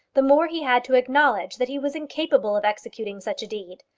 the more he had to acknowledge that he was incapable of executing such a deed.